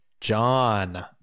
John